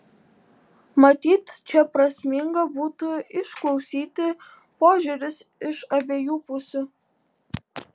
matyt čia prasminga būtų išklausyti požiūrius iš abiejų pusių